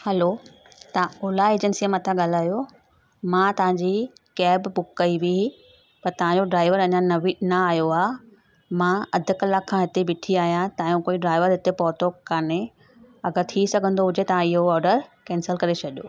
hello तव्हां ओला एजेंसीअ मां था ॻाल्हायो मां तव्हांजी कैब बुक कई हुई त तव्हांजो ड्राइवर अञा न बि न आयो आहे मां अधि कलाकु खां हिते बीठी आहियां तव्हांजो कोई ड्राइवर हिते पहुतो कान्हे अगरि थी सघंदो हुजे ता इहो ऑडरु कैंसिल करे छॾियो